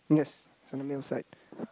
yes something inside